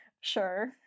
sure